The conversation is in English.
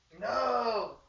No